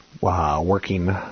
Working